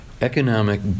economic